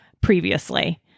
previously